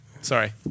Sorry